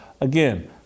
Again